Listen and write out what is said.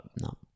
no